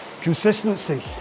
consistency